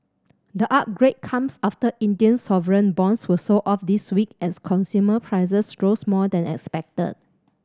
the upgrade comes after Indian sovereign bonds were sold off this week as consumer prices rose more than expected